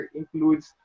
includes